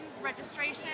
registration